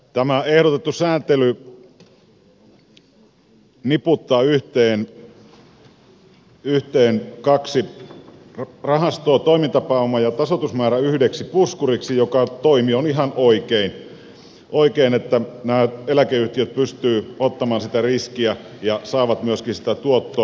tämä ehdotettu sääntely niputtaa yhteen kaksi rahastoa toimintapääoman ja tasoitusmäärän yhdeksi puskuriksi joka toimi on ihan oikein niin että nämä eläkeyhtiöt pystyvät ottamaan sitä riskiä ja saavat myöskin sitä tuottoa